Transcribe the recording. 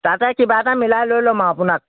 তাতে কিবা এটা মিলাই লৈ ল'ম আৰু আপোনাক